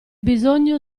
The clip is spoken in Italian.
bisogno